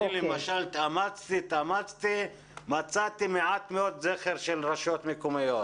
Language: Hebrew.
אני למשל התאמצתי ומצאתי מעט מאוד זכר של רשויות מקומיות.